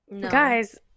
Guys